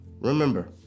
remember